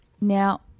Now